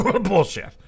Bullshit